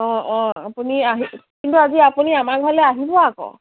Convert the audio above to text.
অঁ অঁ আপুনি আহি কিন্তু আজি আপুনি আমাৰ ঘৰলে আহিব আকৌ